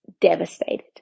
devastated